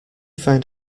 find